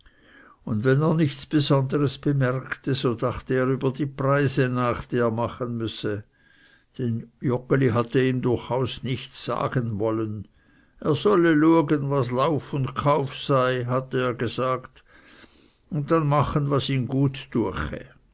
und wenn er nichts besonderes bemerkte so dachte er über die preise nach die er machen müsse denn joggeli hatte ihm durchaus nichts sagen wollen er solle luegen was kauf und lauf sei hatte er gesagt und dann machen was ihn gut düeche